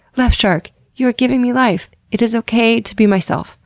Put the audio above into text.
left shark, you're giving me life! it is ok to be myself!